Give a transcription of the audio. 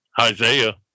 Isaiah